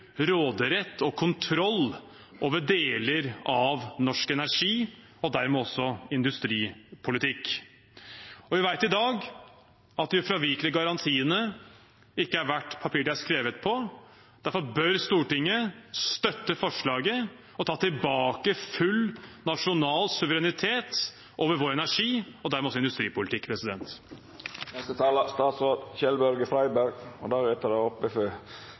råderett og kontroll over deler av norsk energi, og dermed også industripolitikk. Vi vet i dag at de ufravikelige garantiene ikke er verdt papiret de er skrevet på. Derfor bør Stortinget støtte forslaget og ta tilbake full nasjonal suverenitet over vår energi og dermed også vår industripolitikk.